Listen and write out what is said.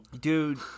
Dude